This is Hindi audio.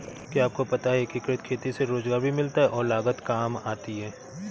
क्या आपको पता है एकीकृत खेती से रोजगार भी मिलता है और लागत काम आती है?